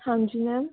ਹਾਂਜੀ ਮੈਮ